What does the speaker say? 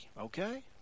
okay